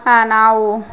ಹಾಂ ನಾವು